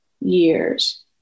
years